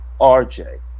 RJ